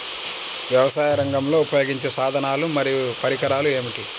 వ్యవసాయరంగంలో ఉపయోగించే సాధనాలు మరియు పరికరాలు ఏమిటీ?